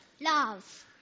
love